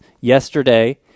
Yesterday